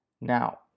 Now